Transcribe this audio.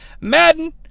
Madden